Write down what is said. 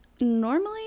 normally